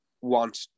want